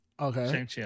Okay